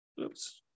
Oops